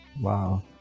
Wow